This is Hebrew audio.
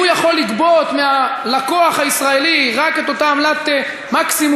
הוא יכול לגבות מהלקוח הישראלי רק את אותה עמלת מקסימום